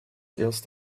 erst